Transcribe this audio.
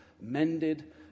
mended